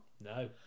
No